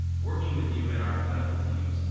working with you in our clinical teams,